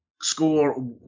score